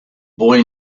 boy